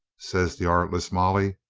says the artless molly.